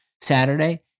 Saturday